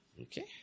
Okay